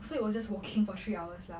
so it was just walking for three hours lah